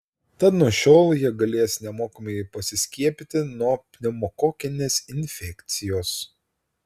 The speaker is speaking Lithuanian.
tad nuo šiol jie galės nemokamai pasiskiepyti nuo pneumokokinės infekcijos